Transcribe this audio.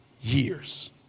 years